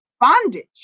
bondage